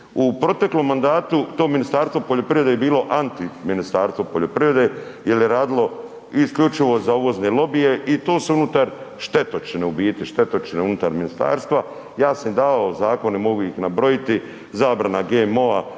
u proteklom mandatu to Ministarstvo poljoprivrede je bilo anti Ministarstvo poljoprivrede jer je radilo isključivo za uvozne lobije i tu su unutar štetočine u biti, štetočine unutar ministarstva. Ja sam im davao zakone, mogu ih nabrojiti, zabrana GMO-a